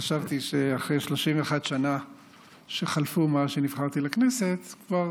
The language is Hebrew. חשבתי שאחרי 31 שנה שחלפו מאז שנבחרתי לכנסת כבר